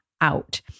out